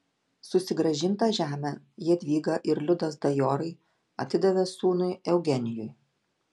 susigrąžintą žemę jadvyga ir liudas dajorai atidavė sūnui eugenijui